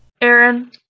Aaron